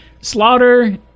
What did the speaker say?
slaughter